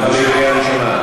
אתה בקריאה ראשונה.